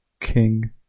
king